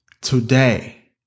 Today